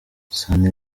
sunny